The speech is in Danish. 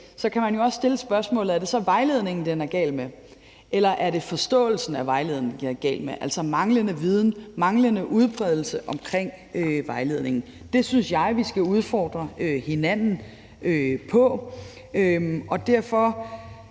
kan man jo også stille spørgsmålet, om det så er vejledningen, den er gal med, eller er det forståelsen af vejledningen, den er gal med – altså manglende viden, manglende udbredelse af vejledningen. Det synes jeg vi skal udfordre hinanden på. Kl.